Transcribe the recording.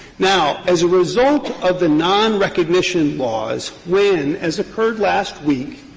now, as a result of the nonrecognition laws, when, as occurred last week,